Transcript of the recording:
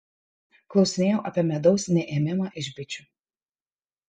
klausinėjau apie medaus neėmimą iš bičių